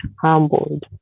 humbled